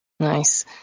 Nice